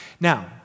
Now